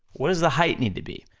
what does the height need to be?